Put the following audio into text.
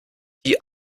die